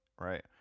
Right